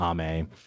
Ame